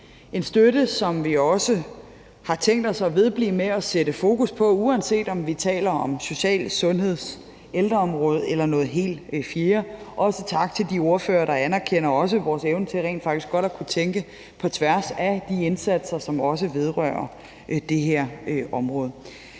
en støtte, som vi også har tænkt os at vedblive med at sætte fokus på, uanset om vi taler om social-, sundheds-, ældreområdet eller noget helt fjerde. Også tak til de ordførere, der også anerkender vores evne til rent faktisk godt at kunne tænke på tværs af de indsatser, som også vedrører det her område.